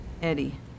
Eddie